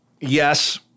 yes